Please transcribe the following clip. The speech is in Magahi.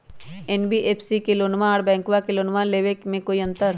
एन.बी.एफ.सी से लोनमा आर बैंकबा से लोनमा ले बे में कोइ अंतर?